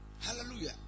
Hallelujah